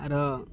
ᱟᱨᱚ